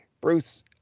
Bruce